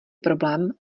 problém